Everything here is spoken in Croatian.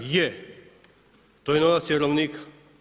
Je, to je novac vjerovnika.